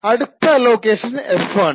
അടുത്ത allocation f ആണ്